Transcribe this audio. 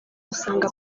usanga